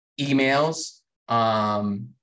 emails